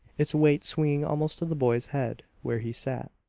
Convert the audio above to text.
its weight swinging almost to the boy's head where he sat.